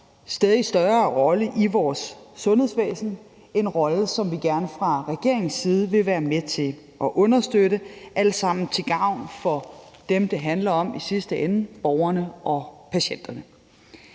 stadig større rolle i vores sundhedsvæsen – en rolle, som vi fra regeringens side gerne vil være med til at understøtte, alt sammen til gavn for dem, det handler om i sidste ende, borgerne og patienterne.